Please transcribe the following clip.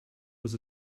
was